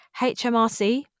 HMRC